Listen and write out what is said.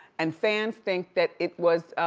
and fans think that it was,